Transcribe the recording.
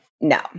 No